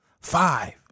five